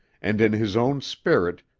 and, in his own spirit,